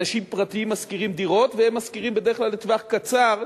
אנשים פרטיים משכירים דירות והם משכירים בדרך כלל לטווח קצר,